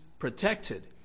protected